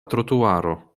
trotuaro